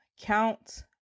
count